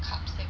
carbs that